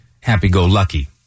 happy-go-lucky